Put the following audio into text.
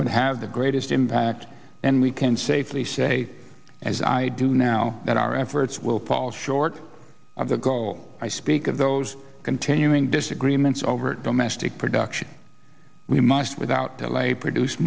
would have the greatest impact and we can safely say as i do now that our efforts will fall short of the goal i speak of those continuing disagreements over domestic production we must without delay produce